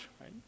right